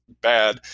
bad